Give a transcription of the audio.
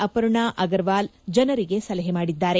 ಅಪರ್ಣಾ ಅಗರವಾಲ್ ಜನರಿಗೆ ಸಲಹೆ ಮಾಡಿದ್ದಾರೆ